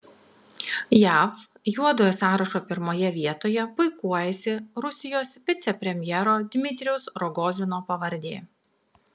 jav juodojo sąrašo pirmoje vietoje puikuojasi rusijos vicepremjero dmitrijaus rogozino pavardė